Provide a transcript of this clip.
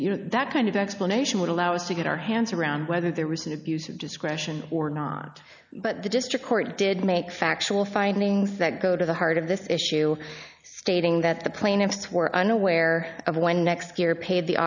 you know that kind of explanation would allow us to get our hands around whether there was an abuse of discretion or not but the district court did make factual findings that go to the heart of this issue stating that the plaintiffs were unaware of when next year paid the